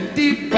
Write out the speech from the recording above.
deep